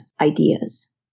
ideas